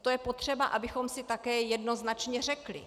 To je potřeba, abychom si také jednoznačně řekli.